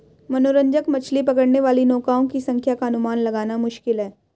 मनोरंजक मछली पकड़ने वाली नौकाओं की संख्या का अनुमान लगाना मुश्किल है